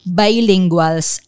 bilinguals